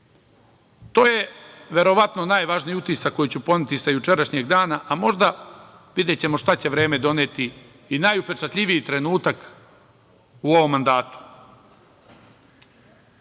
to je verovatno najvažniji utisak koji ću ponuditi sa jučerašnjeg dana, a možda, videćemo šta će vreme doneti i najupečatljiviji trenutak u ovom mandatu. Danas,